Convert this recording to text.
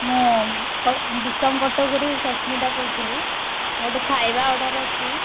ମୁଁ ବିଷମ କଟକରୁ ସସ୍ମିତା କହୁଥିଲି ଗୋଟେ ଖାଇବା ଅର୍ଡ଼ର ଅଛି